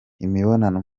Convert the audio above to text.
imibonano